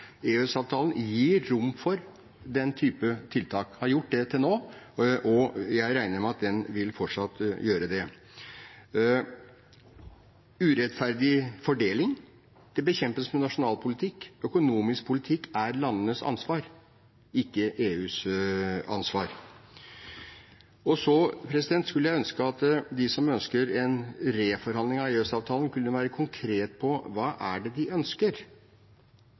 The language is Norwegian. EØS-avtalen gir rom for den type tiltak, har gjort det til nå, og jeg regner med at den fortsatt vil gjøre det. Urettferdig fordeling bekjempes med nasjonal politikk. Økonomisk politikk er landenes ansvar, ikke EUs ansvar. Så skulle jeg ønske at de som ønsker en reforhandling av EØS-avtalen, kunne være konkret på hva det er de ønsker